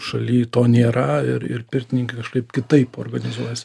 šaly to nėra ir ir pirtininkai kažkaip kitaip organizuojas